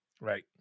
Right